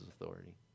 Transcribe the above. authority